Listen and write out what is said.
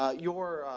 ah your